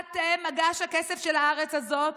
אתם מגש הכסף של הארץ הזאת,